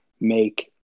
make